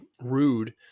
rude